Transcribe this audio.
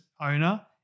owner